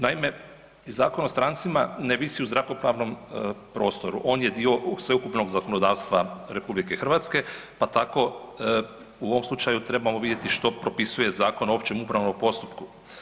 Naime, Zakon o strancima ne visi u zrakopravnom prostoru on je dio sveukupnog zakonodavstva RH pa tako u ovom slučaju trebamo vidjeti što propisuje Zakon o općem upravnom postupku.